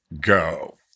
go